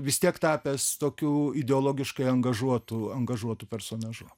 vis tiek tapęs tokiu ideologiškai angažuotu angažuotu personažu